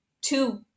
two